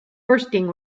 bursting